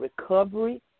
recovery